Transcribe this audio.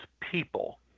people